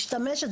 משתמשת.